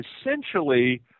essentially